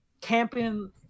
camping